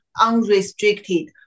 unrestricted